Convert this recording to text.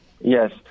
Yes